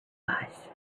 was